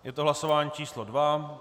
Je to hlasování číslo 2.